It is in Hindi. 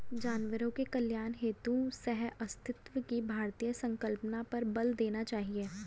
जानवरों के कल्याण हेतु सहअस्तित्व की भारतीय संकल्पना पर बल देना चाहिए